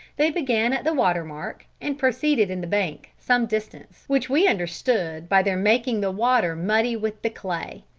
they began at the water mark and proceeded in the bank some distance, which we understood by their making the water muddy with the clay.